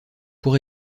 pour